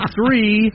three